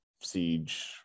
siege